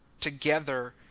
together